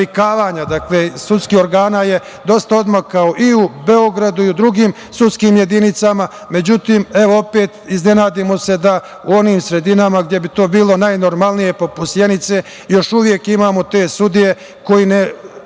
sudskih organa je dosta odmakao i u Beogradu i u drugim sudskim jedinicama, međutim opet se iznenadimo da u onim sredinama gde bi to bilo najnormalnije, poput Sjenice, još uvek imamo te sudije koji ne